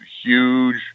huge